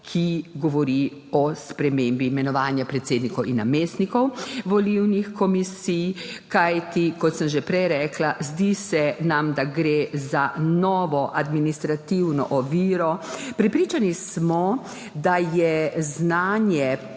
ki govori o spremembi imenovanja predsednikov in namestnikov volilnih komisij, kajti kot sem že prej rekla, zdi se nam, da gre za novo administrativno oviro. Prepričani smo, da je znanje